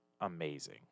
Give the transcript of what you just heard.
amazing